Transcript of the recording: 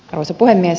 arvoisa puhemies